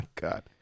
God